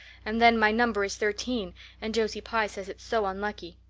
and then my number is thirteen and josie pye says it's so unlucky.